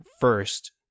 first